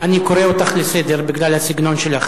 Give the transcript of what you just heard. אני קורא אותךְ לסדר בגלל הסגנון שלךְ.